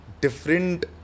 different